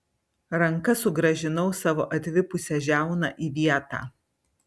ranka sugrąžinau savo atvipusią žiauną į vietą